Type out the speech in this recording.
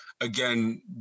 again